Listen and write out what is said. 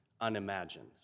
unimagined